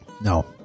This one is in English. No